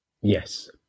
Yes